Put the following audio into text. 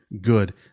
good